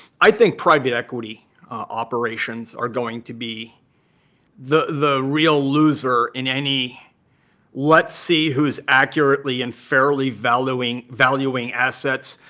i think private equity operations are going to be the the real loser in any let's see who's accurately and fairly valuing valuing assets,